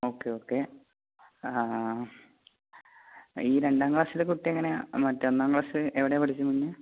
okay okay ഈ രണ്ടാം ക്ലാസ്സിലെ കുട്ടിയെങ്ങനെയാണ് മറ്റെ ഒന്നാം ക്ലാസ്സ് എവിടെയാണ് പഠിക്കുന്നതെന്ന് പറഞ്ഞത്